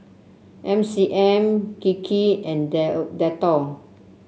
M C M Kiki and Dettol